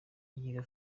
yiga